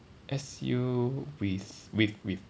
S_U with with with